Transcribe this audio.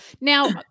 Now-